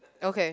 okay